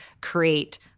create